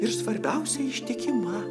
ir svarbiausia ištikima